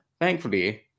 Thankfully